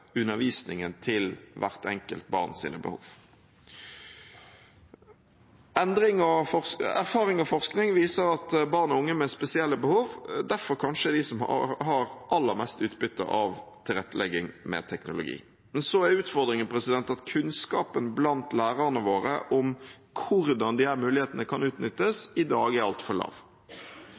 undervisningen til hvert enkelt barns behov. Erfaring og forskning viser at barn og unge med spesielle behov derfor kanskje er de som har aller mest utbytte av tilrettelegging med teknologi. Men så er utfordringen at kunnskapen blant lærerne våre om hvordan disse mulighetene kan utnyttes, i dag er altfor lav.